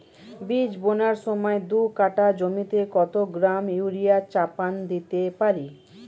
বীজ বোনার সময় দু কাঠা জমিতে কত গ্রাম ইউরিয়া চাপান দিতে পারি?